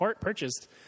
purchased